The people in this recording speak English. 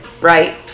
right